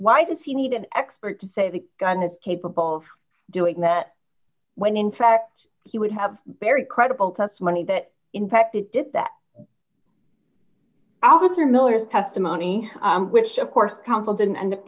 why does he need an expert to say the gun is capable of doing that when in fact he would have very credible testimony that in fact it did that after miller's testimony which of course counsel didn't end up